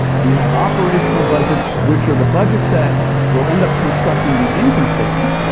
we have operational budgets, which are the budgets that will end up constructing the income statement,